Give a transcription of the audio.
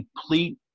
complete